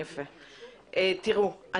תראו,